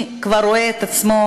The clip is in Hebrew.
שלנו,